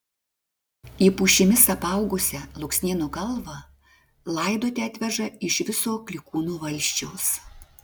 į pušimis apaugusią luksnėnų kalvą laidoti atveža iš viso klykūnų valsčiaus